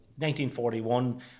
1941